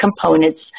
components